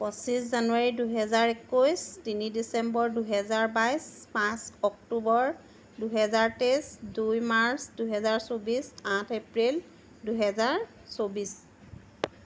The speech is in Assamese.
পঁচিছ জানুৱাৰী দুহেজাৰ একৈছ তিনি ডিচেম্বৰ দুহেজাৰ বাইছ পাঁচ অক্টোবৰ দুহেজাৰ তেইছ দুই মাৰ্চ দুহেজাৰ চৌবিছ আঠ এপ্ৰিল দুহেজাৰ চৌবিছ